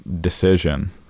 decision